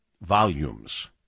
volumes